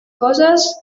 coses